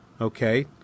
Okay